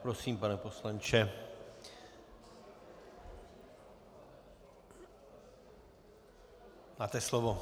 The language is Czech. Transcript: Prosím, pane poslanče, máte slovo.